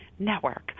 network